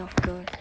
of girls